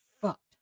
fucked